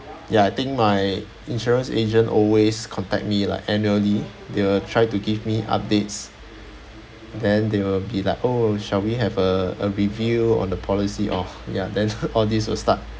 ya I think my insurance agent always contact me like annually they will try to give me updates then they will be like oh shall we have a a review on the policy of ya then all this will start